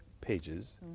pages